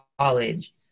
college